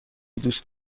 دوست